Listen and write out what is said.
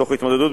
תוך התמודדות,